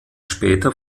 später